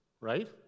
right